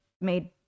made